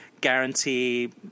guarantee